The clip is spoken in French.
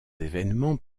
événements